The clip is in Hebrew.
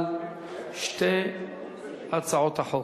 על שתי הצעות החוק.